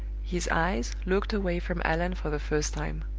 his eyes looked away from allan for the first time.